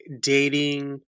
dating